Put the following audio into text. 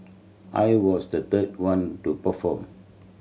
I was the third one to perform